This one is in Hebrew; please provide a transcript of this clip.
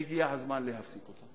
והגיע הזמן להפסיק אותה.